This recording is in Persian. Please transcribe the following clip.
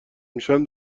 میشن